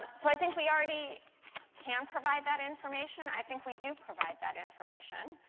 um so i think we already can provide that information. i think we do provide that information.